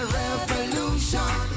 revolution